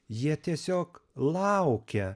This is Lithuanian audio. jie tiesiog laukia